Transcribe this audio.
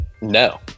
no